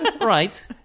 Right